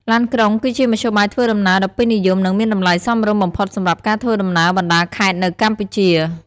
ឡានក្រុងគឺជាមធ្យោបាយធ្វើដំណើរដ៏ពេញនិយម និងមានតម្លៃសមរម្យបំផុតសម្រាប់ការធ្វើដំណើរបណ្ដាខេត្តនៅកម្ពុជា។